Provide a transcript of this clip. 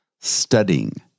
studying